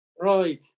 Right